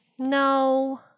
No